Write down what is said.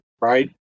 right